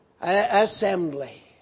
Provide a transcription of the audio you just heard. assembly